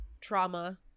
trauma